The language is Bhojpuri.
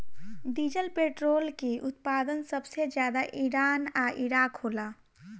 डीजल पेट्रोल के उत्पादन सबसे ज्यादा ईरान आ इराक होला